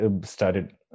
started